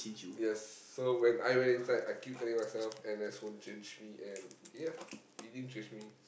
yes so when I went inside I keep telling myself N_S won't change me and ya it didn't change me